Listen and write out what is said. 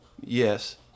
Yes